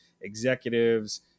executives